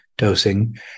Dosing